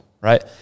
Right